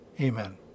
Amen